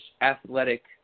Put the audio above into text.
athletic